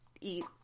eat